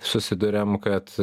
susiduriam kad